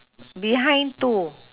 behind two